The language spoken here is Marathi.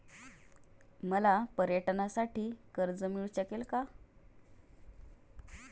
मला पर्यटनासाठी कर्ज मिळू शकेल का?